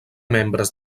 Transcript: membres